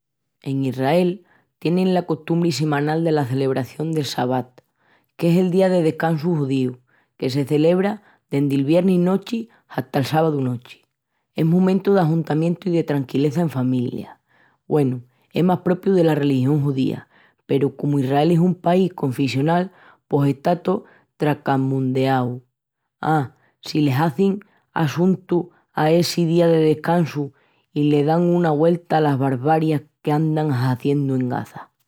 En Israel tienin la costumbri semanal dela celebración del Shabat, qu'es el día de descansu judíu, que se celebra dendi'l viernis nochi hata'l sábau nochi. Es momentu d'ajuntamientu i de tranquileza en familia. Güenu, es más propiu dela religión judía peru comu Israel es un país confissional pos está tó tracamundeau. Á si le hazin assuntu a essi día de descansu i le dan una güelta alas barbariais qu'andan hiziendu en Gaza.